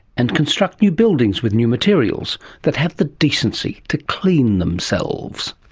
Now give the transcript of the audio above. and construct new buildings with new materials that have the decency to clean themselves.